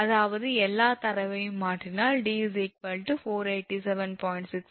அதாவது எல்லா தரவையும் மாற்றினால் 𝑑487